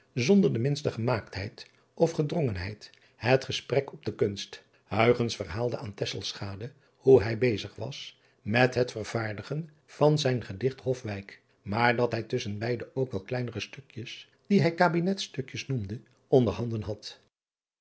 zonder de minste gemaaktheid of gedrongenheid het gesprek op de kunst verhaalde aan hoe hij bezig was met het vervaardigen van zijn gedicht ofwijk maar dat hij tusschen beide ook wel kleinere stukjes die hij kabinetstukjes noemde onder handen had